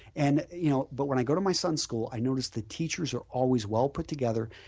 and you know but when i go to my son's school i notice that teachers are always well put together,